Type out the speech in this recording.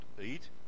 eat